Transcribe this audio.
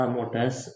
Motors